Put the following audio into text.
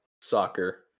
soccer